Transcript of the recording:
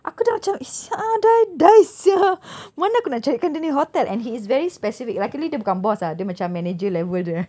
aku dah macam eh sia ah die die sia mana aku nak carikan dia ni hotel and he is very specific luckily bukan boss ah dia macam manager level there